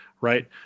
Right